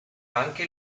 anche